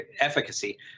efficacy